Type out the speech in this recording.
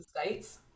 states